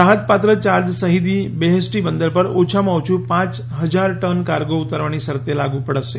રાહત પાત્ર charge Shahid Beheshti બંદર પર ઓછામાં ઓછું પાંચ હજાર ટન કાર્ગો ઉતારવાની શરતે લાગુ પડશે